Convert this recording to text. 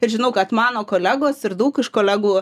ir žinau kad mano kolegos ir daug iš kolegų